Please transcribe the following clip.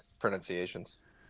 pronunciations